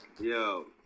Yo